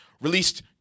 released